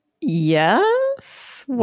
Yes